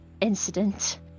incident